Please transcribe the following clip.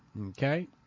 okay